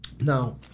Now